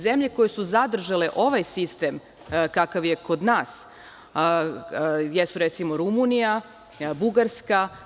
Zemlje koje su zadržale ovaj sistem kakav je kod nas, jesu recimo, Rumunija, Bugarska.